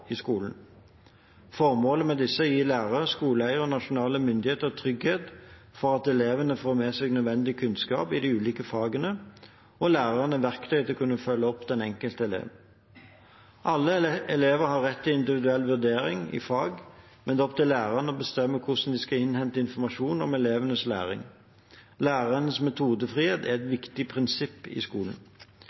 i skolen. Formålet med disse er å gi lærer, skoleeier og nasjonale myndigheter trygghet for at elevene får med seg nødvendig kunnskap i de ulike fagene, og at lærerne får verktøy til å kunne følge opp den enkelte elev. Alle elever har rett til individuell vurdering i fag, men det er opp til lærerne å bestemme hvordan de skal innhente informasjon om elevenes læring. Lærernes metodefrihet er et viktig prinsipp i skolen.